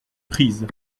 prise